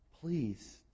please